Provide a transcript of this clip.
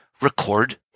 record